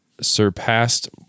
surpassed